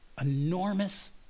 enormous